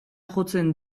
jotzen